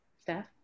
staff